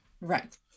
Right